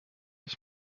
ich